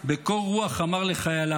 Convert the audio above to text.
בקור רוח אמר לחייליו: